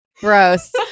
Gross